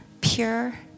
pure